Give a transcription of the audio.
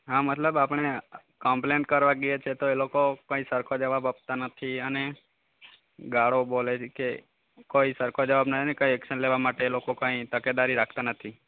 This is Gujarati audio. હા મતલબ આપણે કમ્પલેન કરવા જઈએ છે તો એ લોકો કંઈ સરખો જવાબ આપતા નથી અને ગાળો બોલે છે કે કોઈ સરખો જવાબ નહીં ને કંઈ એક્શન લેવા માટે એ લોકો કાંઈ તકેદારી રાખતા નથી